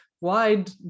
wide